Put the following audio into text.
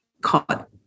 caught